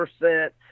percent